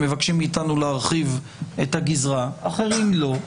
מבקשים מאיתנו להרחיב את הגזרה ואחרים לא.